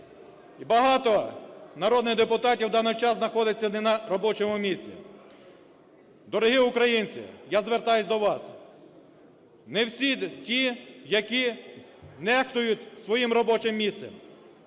І багато народних депутатів в даний час знаходяться не на робочому місці. Дорогі українці, я звертаюсь до вас, не всі ті, які нехтують своїм робочим місцем.